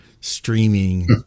streaming